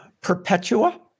Perpetua